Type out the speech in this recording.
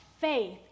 faith